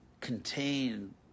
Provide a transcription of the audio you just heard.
contain